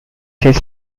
his